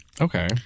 Okay